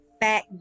back